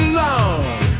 long